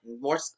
more